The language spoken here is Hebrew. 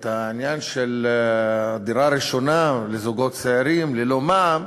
את העניין של דירה ראשונה לזוגות צעירים ללא מע"מ